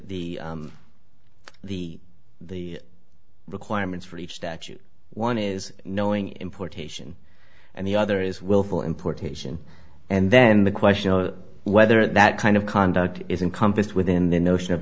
the the the requirements for each statute one is knowing importation and the other is willful importation and then the question of whether that kind of conduct is in compassed within the notion of